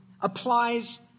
applies